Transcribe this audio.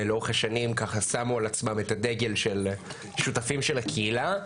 שלאורך השנים ככה שמו על עצמם את הדגל של שותפים של הקהילה,